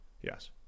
yes